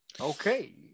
Okay